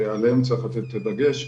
שעליהם צריך לתת את הדגש,